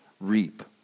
reap